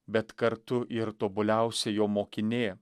bet kartu ir tobuliausia jo mokinė